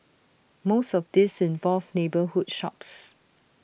most of these involved neighbourhood shops